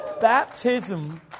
Baptism